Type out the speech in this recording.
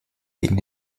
gegen